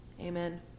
Amen